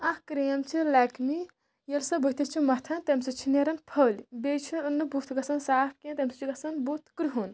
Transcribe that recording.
اَکھ کرٛیم چھِ لیکمی یۄس سۄ بٕتھِس چھِ مَتھان تَمہِ سۭتۍ چھِ نیران پھٔلۍ بیٚیہِ چھُنہٕ بُتھ گژھان صاف کیٚنٛہہ تَمہِ سۭتۍ چھُ گژھان بُتھ کرٛہُن